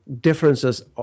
differences